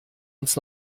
uns